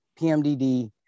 PMDD